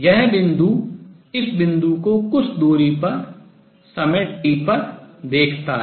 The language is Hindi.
यह बिंदु इस बिंदु को कुछ दूरी पर समय t पर देखता है